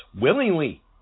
willingly